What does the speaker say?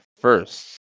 first